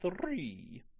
three